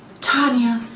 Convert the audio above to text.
tonya,